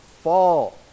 fall